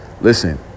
Listen